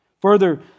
Further